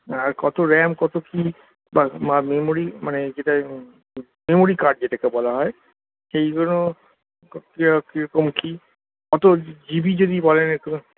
আর কত র্যাম কত কী বা আর মেমোরি মানে যেটা মেমোরি কার্ড যেটাকে বলা হয় সেইগুলো কী রকম কি কত জিবি যদি বলেন একটু